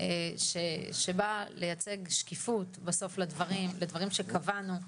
שבא לייצג שקיפות בסוף, לדברים שקבענו.